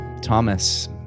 Thomas